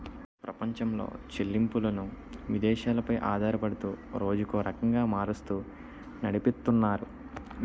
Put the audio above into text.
ప్రపంచంలో చెల్లింపులను విదేశాలు పై ఆధారపడుతూ రోజుకో రకంగా మారుస్తూ నడిపితున్నారు